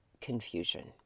confusion